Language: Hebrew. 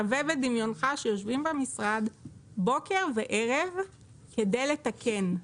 יושבים במשרד בוקר וערב כדי לתקן.